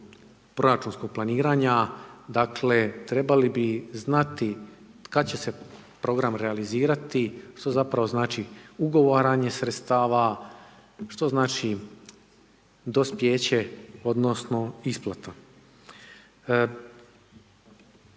proračunskog planiranja, dakle, trebali bi znati kada će se program realizirati, što zapravo znači ugovaranje sredstava, što zapravo znači dospijeće odnosno, isplata.